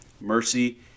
mercy